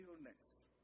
stillness